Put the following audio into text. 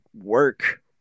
work